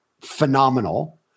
phenomenal